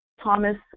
Thomas